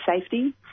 safety